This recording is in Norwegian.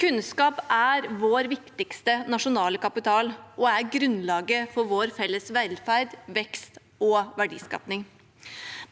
Kunnskap er vår viktigste nasjonale kapital og er grunnlaget for vår felles velferd, vekst og verdiskaping.